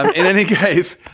in any case,